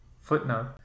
Footnote